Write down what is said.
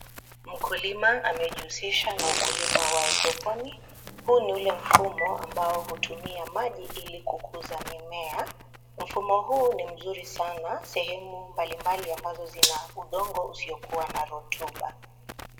Mkulima amejihusisha na ukulima wa haidroponi. Huu ni ule mfumo ambao hutumia maji ili kukuza mimea. Mfumo huu ni mzuri sana sehemu mbalimbali ambazo zina udongo usiokuwa na rutuba.